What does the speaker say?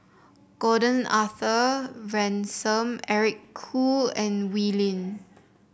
Gordon Arthur Ransome Eric Khoo and Wee Lin